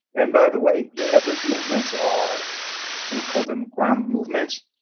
and by the way, yeah. those movements are we call them ground movements,